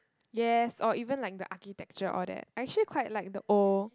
yes or even like the architecture all that I actually quite like the old